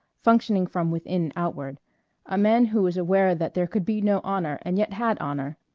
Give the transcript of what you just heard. functioning from within outward a man who was aware that there could be no honor and yet had honor,